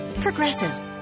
Progressive